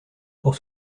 pour